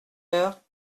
heures